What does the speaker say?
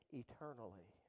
eternally